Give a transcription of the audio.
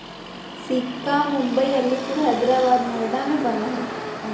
सिक्का मुम्बई, अलीपुर, हैदराबाद, नोएडा में बनो हइ